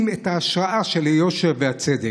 שבהם רואים את ההשראה של היושר והצדק,